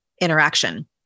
interaction